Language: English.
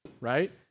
right